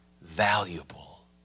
valuable